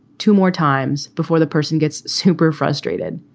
two more times before the person gets super frustrated.